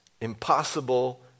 impossible